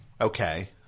Okay